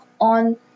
on